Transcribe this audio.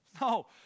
No